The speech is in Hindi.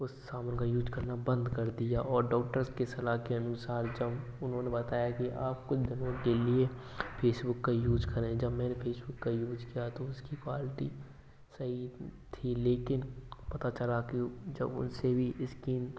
उस साबुन का यूज करना बंद कर दिया और डॉक्टर्स की सलाह के अनुसार जब उन्होंने बताया कि आप कुछ दिनों के लिए फेसबुक का यूज करें जब मैंने फेसबुक का यूज किया तो उसकी क्वालिटी सही थी लेकिन पता चला कि जब उनसे भी स्किन